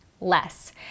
less